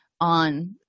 on